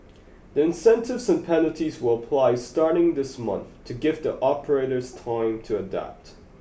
the incentives and penalties will apply starting this month to give the operators time to adapt